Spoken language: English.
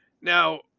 Now